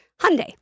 Hyundai